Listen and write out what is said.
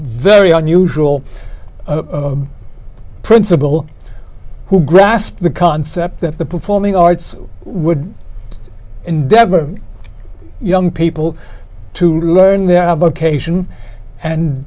very unusual principal who grasped the concept that the performing arts would endeavor young people to learn their vocation and